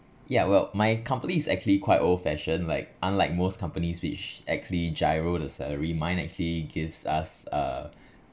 yeah well my company is actually quite old fashioned like unlike most companies which actually giro the salary mine actually gives us uh